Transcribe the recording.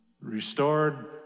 restored